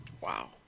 Wow